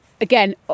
again